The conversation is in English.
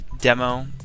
demo